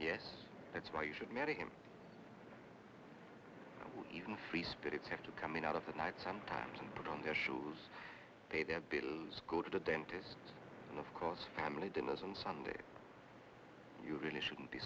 yes that's why you should marry him even free spirits have to come in out of the night sometimes and put on their shoes pay their bills go to the dentist and of course family dinners on sunday you really shouldn't be